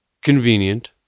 Convenient